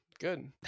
good